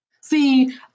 See